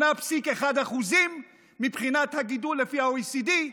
8.1% מבחינת הגידול לפי ה-OECD,